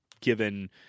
Given